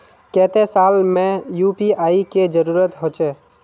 केते साल में यु.पी.आई के जरुरत होचे?